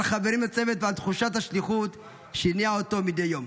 על החברים לצוות ועל תחושת השליחות שהניעה אותו מדי יום.